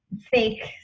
fake